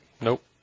nope